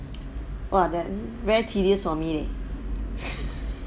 !wah! then very tedious for me leh